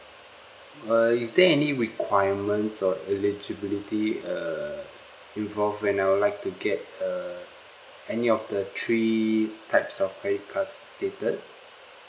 err is there any requirements or eligibility uh involved when I would like to get uh any of the three types of credit cards stated